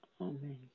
Amen